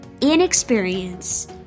inexperience